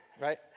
right